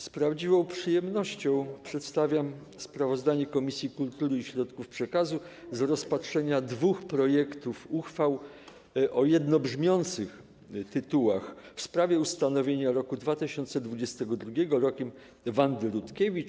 Z prawdziwą przyjemnością przedstawiam sprawozdanie Komisji Kultury i Środków Przekazu z rozpatrzenia dwóch projektów uchwał o jednobrzmiących tytułach: w sprawie ustanowienia roku 2022 Rokiem Wandy Rutkiewicz.